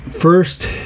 first